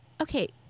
Okay